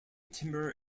timber